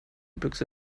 büchse